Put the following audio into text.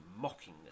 mocking